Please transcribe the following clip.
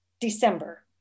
December